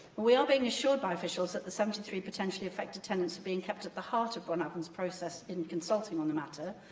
we are being assured by officials that the seventy three potentially affected tenants are being kept at the heart of bron afon's process in consulting on the matter.